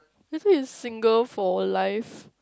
this one is single for life